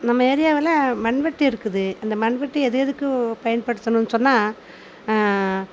நம் ஏரியாவில் மண்வெட்டி இருக்குது அந்த மண்வெட்டி எது எதுக்கு பயன்படுத்தும்னு சொன்னால்